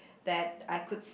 that I could